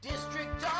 District